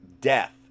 death